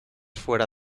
fuera